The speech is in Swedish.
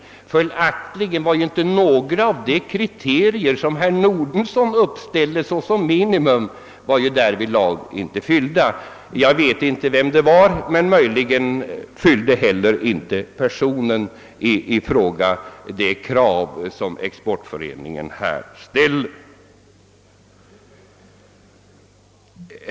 Följaktligen var inte några av de kriterier som herr Nordenson uppställer som minimum i det fallet uppfyllda. Möjligen fyllde inte heller personen i fråga — jag vet inte vem det var — de krav som Exportföreningen uppställer.